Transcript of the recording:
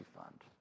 fund